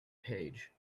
page